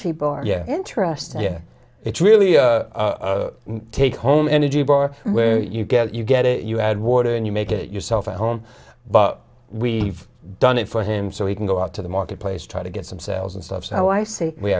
cheaper yeah interest yeah it's really a take home energy bar where you get you get it you add water and you make it yourself at home but we've done it for him so he can go out to the marketplace try to get some sales and stuff so i